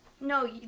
No